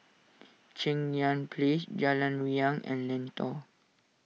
Cheng Yan Place Jalan Riang and Lentor